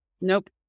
Nope